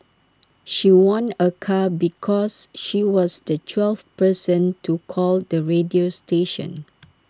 she won A car because she was the twelfth person to call the radio station